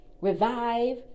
revive